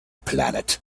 planet